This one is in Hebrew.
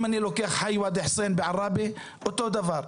אם אני לוקח חייווה ד-חוסיין בעראבה אותו דבר.